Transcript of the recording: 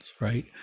right